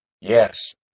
Yes